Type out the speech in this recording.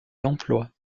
l’emploi